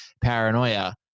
paranoia